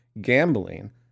gambling